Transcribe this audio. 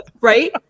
right